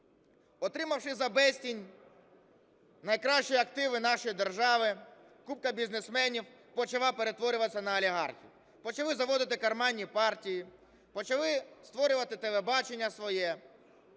Отримавши за безцінь найкращі активи нашої держави, купка бізнесменів почала перетворюватися на олігархів. Почали заводити карманні партії, почали створювати телебачення своє,